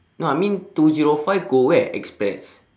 no I mean two zero five go where express